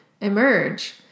emerge